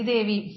Devi